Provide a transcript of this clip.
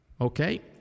Okay